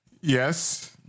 Yes